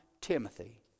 Timothy